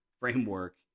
framework